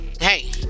hey